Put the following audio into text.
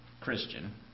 Christian